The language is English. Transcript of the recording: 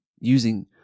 using